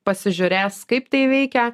pasižiūrės kaip tai veikia